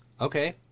okay